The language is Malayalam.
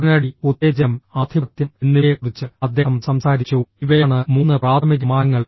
ഉടനടി ഉത്തേജനം ആധിപത്യം എന്നിവയെക്കുറിച്ച് അദ്ദേഹം സംസാരിച്ചു ഇവയാണ് മൂന്ന് പ്രാഥമിക മാനങ്ങൾ